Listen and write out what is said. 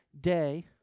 day